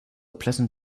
pleasant